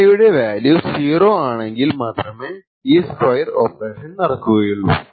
Ci യുടെ value 0 ആണെങ്കിൽ മാത്രമേ ഈ സ്ക്വെർ ഓപ്പറേഷൻ നടക്കുകയുള്ളൂ